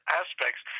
aspects